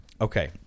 Okay